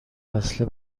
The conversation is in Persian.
وصله